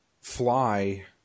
fly